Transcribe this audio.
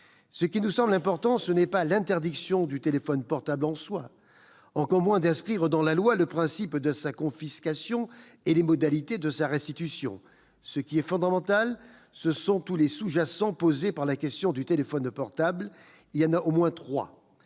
Ce qui nous semble important, ce n'est pas l'interdiction du téléphone portable en soi, encore moins l'inscription dans la loi du principe de sa confiscation et des modalités de sa restitution. Ce qui est fondamental, ce sont tous les sujets sous-jacents à la question du téléphone portable. Il y en a au moins trois.